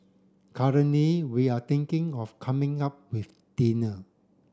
currently we are thinking of coming up with dinner